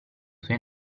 sui